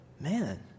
Man